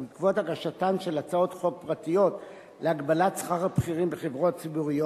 ובעקבות הגשתן של הצעות חוק פרטיות להגבלת שכר הבכירים בחברות ציבוריות,